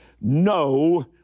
No